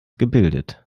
gebildet